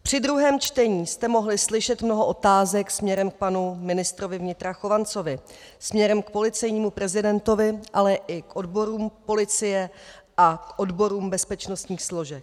Při druhém čtení jste mohli slyšet mnoho otázek směrem k panu ministrovi vnitra Chovancovi, směrem k policejnímu prezidentovi, ale i k odborům policie a k odborům bezpečnostních složek.